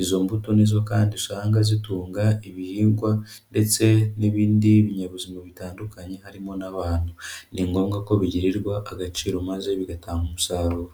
izo mbuto ni zo kandi usanga zitunga ibihingwa ndetse n'ibindi binyabuzima bitandukanye harimo n'abantu, ni ngombwa ko bigirirwa agaciro, maze bigatanga umusaruro.